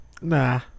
Nah